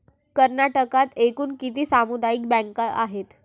कर्नाटकात एकूण किती सामुदायिक बँका आहेत?